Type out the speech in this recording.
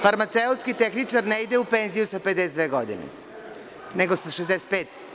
Farmaceutski tehničar ne ide u penziju sa 52 godine, nego sa 65.